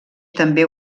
també